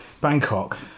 Bangkok